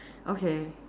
okay